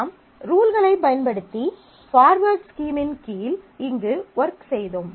நாம் ரூல்களைப் பயன்படுத்தி ஃபார்வேர்ட் ஸ்கீமின் கீழ் இங்கு ஒர்க் செய்தோம்